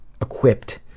equipped